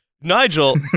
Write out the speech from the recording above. Nigel